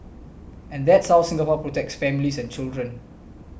and that's how Singapore protects families and children